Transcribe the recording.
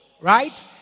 Right